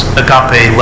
agape